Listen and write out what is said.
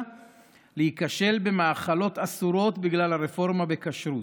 להיכשל במאכלות אסורות בגלל הרפורמה בכשרות.